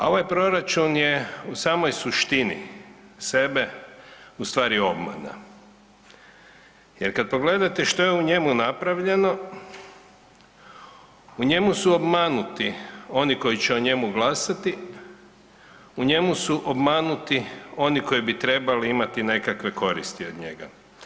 A ovaj proračun je u samoj suštini sebe u stvari obmana jer kad pogledate što je u njemu napravljeno, u njemu su obmanuti oni koji će u njemu glasati, u njemu su obmanuti oni koji bi trebali imati nekakve koristi od njega.